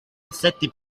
insetti